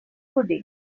pudding